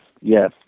yes